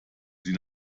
sie